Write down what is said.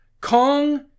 Kong